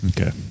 Okay